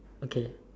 okay